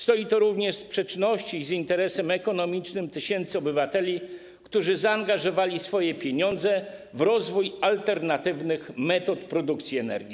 Stoi to również w sprzeczności z interesem ekonomicznym tysięcy obywateli, którzy zaangażowali swoje pieniądze w rozwój alternatywnych metod produkcji energii.